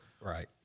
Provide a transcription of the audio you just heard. Right